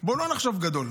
בוא לא נחשוב בגדול.